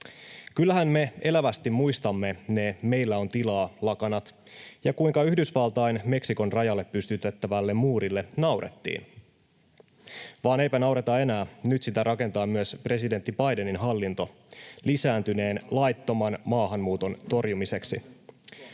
Kyllähän me elävästi muistamme ne ”meillä on tilaa” ‑lakanat ja kuinka Yhdysvaltain Meksikon-rajalle pystytettävälle muurille naurettiin. Vaan eipä naureta enää. Nyt sitä rakentaa myös presidentti Bidenin hallinto lisääntyneen laittoman maahanmuuton torjumiseksi.